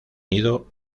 ido